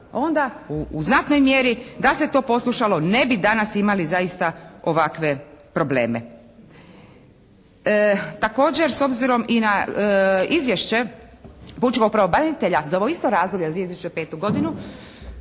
Onda u znatnoj mjeri da se to poslušalo ne bi danas imali zaista ovakve probleme. Također s obzirom i na izvješće pučkog pravobranitelja za ovo isto razdoblje za 2005. godinu